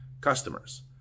customers